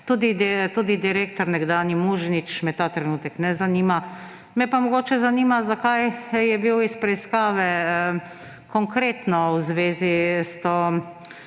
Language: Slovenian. direktor Muženič me ta trenutek ne zanima. Me pa mogoče zanima, zakaj je bil iz preiskave konkretno v zvezi s to